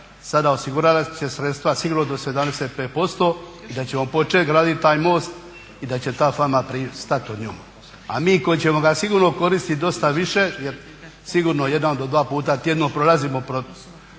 sada osigurala sredstva, sigurno do 75% i da ćemo početi graditi taj most i da će ta fama prestati o njoj. A mi koji ćemo ga sigurno koristiti dosta više jer sigurno jedan do dva puta tjedno prolazimo, preko